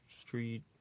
street